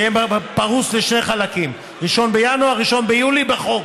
שפרוס לשני חלקים, 1 בינואר, 1 ביולי, בחוק